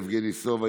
יבגני סובה,